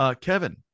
Kevin